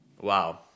Wow